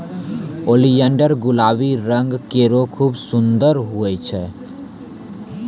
oleander गुलाबी रंग केरो खूबसूरत फूल होय छै